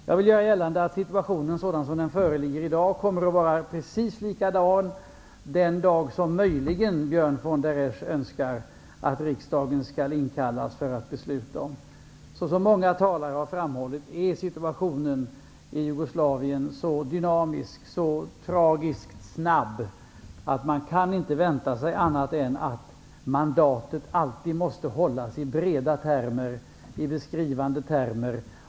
Jag vill göra gällande att situationen sådan som den föreligger i dag kommer att vara precis likadan den dag då möjligen Björn von der Esch önskar att riksdagen skall inkallas för att fatta beslut. Såsom många talare har framhållit är situationen i Jugoslavien så dynamisk och så tragiskt snabb att man inte kan vänta sig annat än att mandatet alltid måste hållas i breda och beskrivande termer.